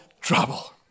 trouble